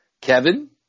Kevin